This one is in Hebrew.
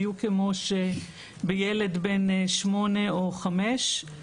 בדיוק כפי שמטפלים בילד בן שמונה או בילד בן חמש.